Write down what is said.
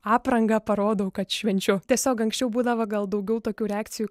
apranga parodau kad švenčiu tiesiog anksčiau būdavo gal daugiau tokių reakcijų